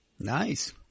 Nice